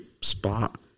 spot